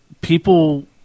People